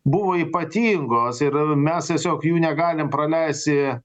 buvo ypatingos ir mes tiesiog jų negalim praleisti